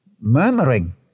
murmuring